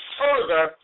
further